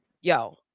yo